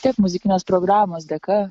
tiek muzikinės programos dėka